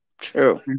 True